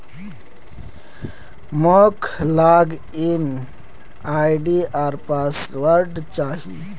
मोक log in ID or password चाहि